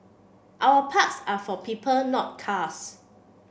our parks are for not cars